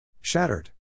Shattered